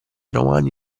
romani